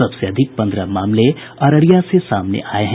सबसे अधिक पन्द्रह मामले अररिया से सामने आये हैं